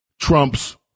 Trump's